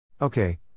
Okay